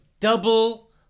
double